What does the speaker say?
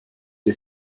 des